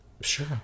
sure